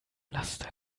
laster